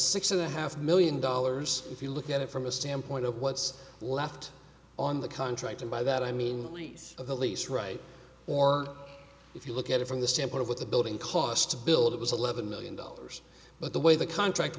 six and a half million dollars if you look at it from a standpoint of what's left on the contract and by that i mean lease of the lease right or if you look at it from the standpoint of what the building cost to build it was eleven million dollars but the way the contract